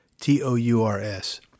T-O-U-R-S